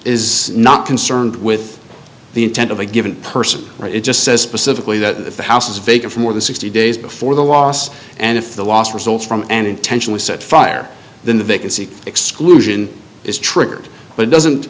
is not concerned with the intent of a given person it just says specifically that the house is vacant for more than sixty days before the loss and if the loss results from an intentionally set fire then the vacancy exclusion is triggered but doesn't